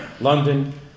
London